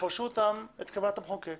יפרשו את כוונת המחוקק